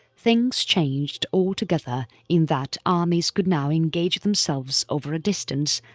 things changed altogether in that armies could now engage themselves over a distance,